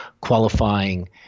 qualifying